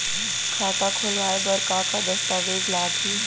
खाता खोलवाय बर का का दस्तावेज लागही?